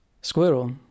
Squirrel